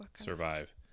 survive